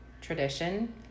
tradition